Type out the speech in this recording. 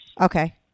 Okay